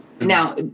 now